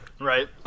Right